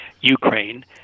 Ukraine